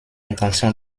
intention